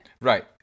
Right